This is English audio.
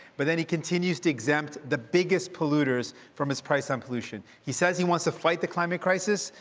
but then he continues to exempt the biggest polluters from his price on pollution. he says he wants to fight the climate crisis.